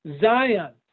Zion